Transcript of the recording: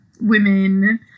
women